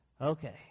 Okay